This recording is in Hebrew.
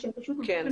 כן.